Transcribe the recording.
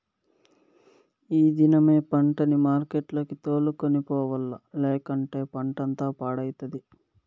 ఈ దినమే పంటని మార్కెట్లకి తోలుకొని పోవాల్ల, లేకంటే పంటంతా పాడైతది